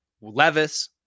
Levis